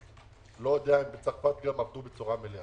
אני לא יודע אם בצרפת עבדו בצורה מלאה,